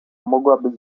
mogłabyś